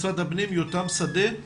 משרד הפנים, יותם שדה.